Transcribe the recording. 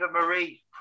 Marie